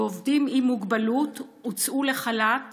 ועובדים עם מוגבלות הוצאו לחל"ת